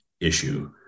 issue